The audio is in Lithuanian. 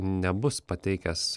nebus pateikęs